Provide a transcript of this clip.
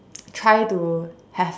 try to have